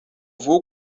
vou